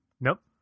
Nope